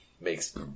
makes